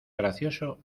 gracioso